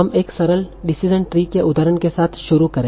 हम एक सरल डिसीजन ट्री के उदाहरण के साथ शुरू करेंगे